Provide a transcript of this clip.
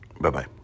Bye-bye